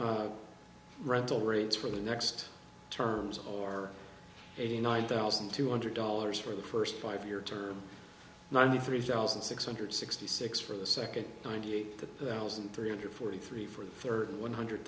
new rental rates for the next terms or eighty nine thousand two hundred dollars for the first five year term ninety three thousand six hundred sixty six for the second ninety eight thousand three hundred forty three for one hundred thousand one hundred